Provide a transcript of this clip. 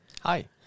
Hi